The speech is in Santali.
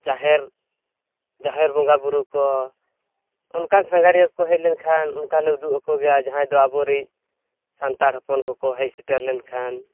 ᱡᱟᱦᱮᱨ ᱡᱟᱦᱮᱨ ᱵᱚᱸᱜᱟᱼᱵᱩᱨᱩ ᱠᱚ ᱚᱱᱠᱟᱱ ᱥᱟᱸᱜᱷᱟᱨᱤᱭᱟᱹ ᱠᱚ ᱦᱮᱡᱞᱮᱱ ᱠᱷᱟᱱ ᱚᱱᱠᱟᱞᱮ ᱩᱫᱩᱜ ᱟᱠᱚᱣ ᱜᱮᱭᱟ ᱡᱟᱦᱟᱸᱭ ᱫᱚ ᱟᱵᱚᱨᱤᱡ ᱥᱟᱱᱛᱟᱲ ᱦᱚᱯᱚᱱ ᱠᱚᱠᱚ ᱦᱮᱡ ᱥᱮᱴᱮᱨᱞᱮᱱ ᱠᱷᱟᱱ